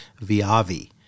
VIAVI